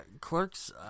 Clerks